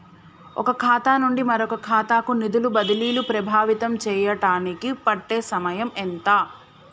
ఒక ఖాతా నుండి మరొక ఖాతా కు నిధులు బదిలీలు ప్రభావితం చేయటానికి పట్టే సమయం ఎంత?